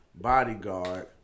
Bodyguard